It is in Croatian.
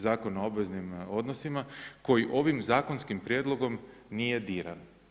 Zakona o obveznim odnosima koji ovim zakonskim prijedlogom nije diran.